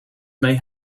may